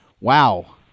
Wow